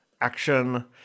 action